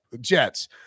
Jets